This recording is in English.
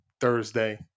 Thursday